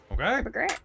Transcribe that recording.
Okay